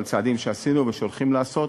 על צעדים שעשינו ושהולכים לעשות.